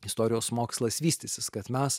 istorijos mokslas vystysis kad mes